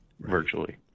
virtually